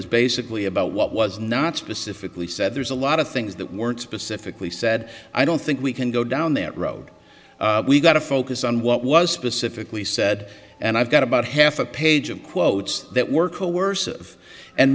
is basically about what was not specifically said there's a lot of things that weren't specifically said i don't think we can go down that road we got to focus on what was specifically said and i've got about half a page of quotes that were coercive and